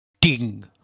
Ding